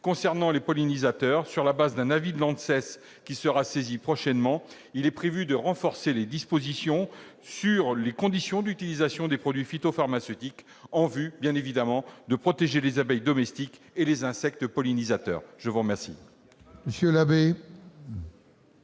concernant les pollinisateurs. Sur la base d'un avis de l'ANSES, qui sera saisie prochainement, il est prévu de renforcer les dispositions relatives aux conditions d'utilisation des produits phytopharmaceutiques, en vue de protéger les abeilles domestiques et les insectes pollinisateurs. C'est mal